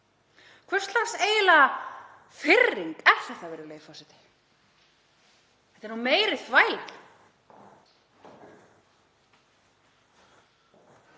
Hvers lags eiginlega firring er þetta, virðulegi forseti? Þetta er nú meiri þvælan.